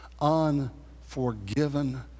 unforgiven